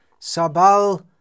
sabal